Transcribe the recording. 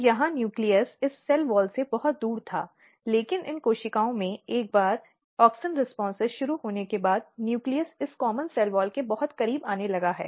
तो यहाँ न्यूक्लियस इस सेल वॉल से बहुत दूर था लेकिन इन कोशिकाओं में एक बार ऑक्सिन प्रतिक्रियाएँ शुरू हो जाने के बाद न्यूक्लियस इस आम सेल वॉल के बहुत करीब आने लगा है